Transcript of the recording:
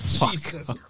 Jesus